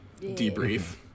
debrief